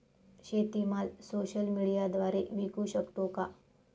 शेतीमाल सोशल मीडियाद्वारे विकू शकतो का?